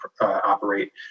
operate